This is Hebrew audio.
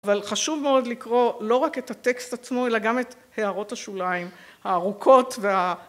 אבל חשוב מאוד לקרוא לא רק את הטקסט עצמו, אלא גם את הערות השוליים, הארוכות וה...